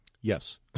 Yes